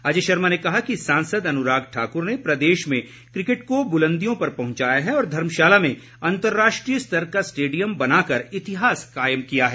अजय शर्मा ने कहा कि सांसद अनुराग ठाकुर ने प्रदेश में क्रिकेट को बुलंदियों पर पहुंचाया है और धर्मशाला में अंतर्राष्ट्रीय स्तर का स्टेडियम बनाकर इतिहास कायम किया है